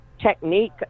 Technique